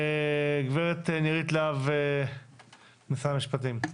גברת נירית להב ממשרד המשפטים.